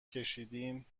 کشیدین